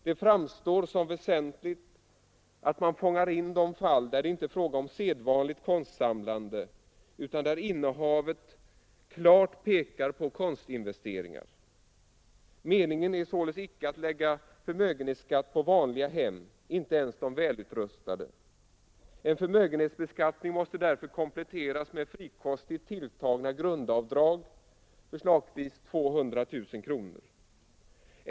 Det framstår som väsentligt att man fångar in de fall där det inte är fråga om sedvanligt konstsamlande, utan där innehavet klart pekar på konstinvesteringar. Meningen är således icke att lägga förmögenhetsskatt på vanliga hem, inte ens de välutrustade. En förmögenhetsbeskattning måste därför kompletteras med frikostigt tilltagna grundavdrag, förslagsvis 200 000 kr.